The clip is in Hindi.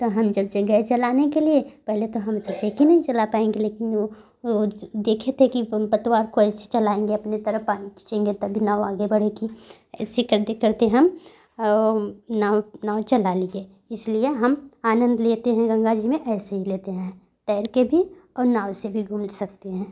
त हम चल चे गए चलाने के लिए पहले तो हम सोचे कि नहीं चला पाएंगे लेकिन वो वो देखे थे कि वो हम पतवार कैसे चलाएंगे अपने तरफ पानी खीचेंगे तभी नाव आगे बढ़ेगी ऐसी करते करते हम नाव नाव चला लिए इसलिए हम आनंद लेते हैं गंगा जी में ऐसे ही लेते हैं तैर कर भी और नाव से भी घूम सकते हैं